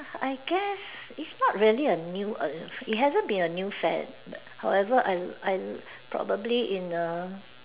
I guess it's not really a new err it hasn't really been a new fad however I I probably in a